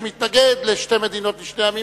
שמתנגד לשתי מדינות לשני עמים,